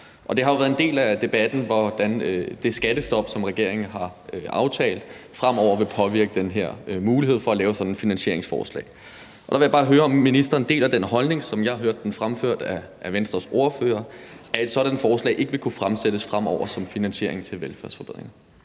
det har jo været en del af debatten, hvordan det skattestop, som regeringen har aftalt, fremover vil påvirke den her mulighed for at lave sådan et finansieringsforslag. Så vil jeg bare høre, om ministeren deler den holdning, som jeg hørte den fremført af Venstres ordfører, at et sådant forslag ikke vil kunne fremsættes fremover til finansiering af velfærdsforbedringer.